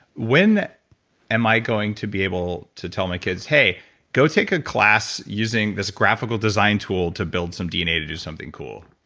when am i going to be able to tell my kids, hey go take a class using this graphical design tool to build some dna to do something cool?